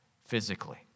physically